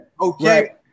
okay